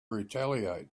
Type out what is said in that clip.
retaliate